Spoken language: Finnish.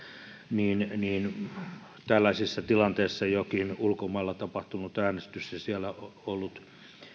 niin niin tällaisissa tilanteissa jokin ulkomailla tapahtunut äänestys ja siellä ollut